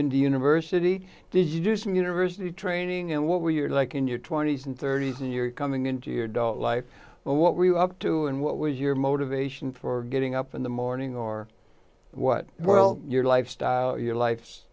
can do university did you do some university training and what we're like in your twenty's and thirty's and you're coming into your life what were you up to and what was your motivation for getting up in the morning or what well your lifestyle your life's